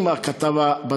אם הכתבה,